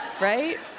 Right